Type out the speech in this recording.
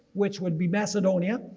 which would be macedonia,